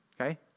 okay